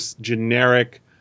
generic